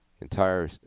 entire